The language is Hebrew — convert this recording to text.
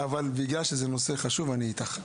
אבל בגלל שזה נושא חשוב אני איתך.